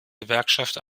gewerkschaft